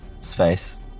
space